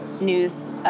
news